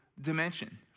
dimension